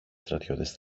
στρατιώτες